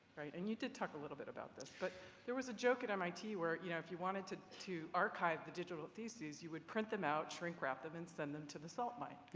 and you did talk a little bit about this, but there was a joke at mit you know if you wanted to to archive the digital theses, you would print them out, shrink wrap them, and send them to the salt mine.